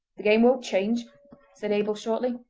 the game won't change said abel shortly.